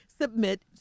submit